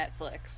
netflix